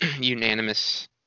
unanimous